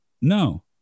no